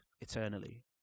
eternally